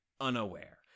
unaware